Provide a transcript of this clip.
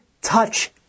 touch